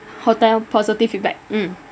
hotel positive feedback mm